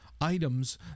items